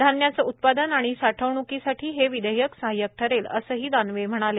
धान्याचं उत्पादन आणि साठवण्कीसाठी हे विधेयक सहायक ठरेल असंही दानवे म्हणाले